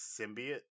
symbiote